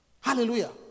Hallelujah